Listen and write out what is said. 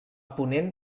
ponent